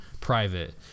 private